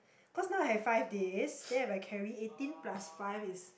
cause now I have five days then if I carry eighteen plus five is